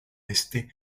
este